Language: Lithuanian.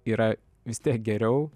yra vis tiek geriau